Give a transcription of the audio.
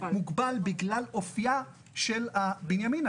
מוגבל בגלל אופייה של בנימינה